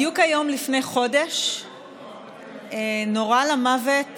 בדיוק היום לפני חודש נורה למוות